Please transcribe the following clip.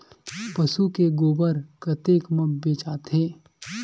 पशु के गोबर कतेक म बेचाथे?